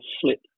flip